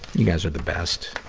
you guys are the best.